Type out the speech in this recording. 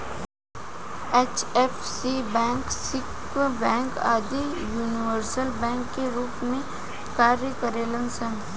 HFC bank, Swiss bank आदि universal bank के रूप में कार्य करेलन सन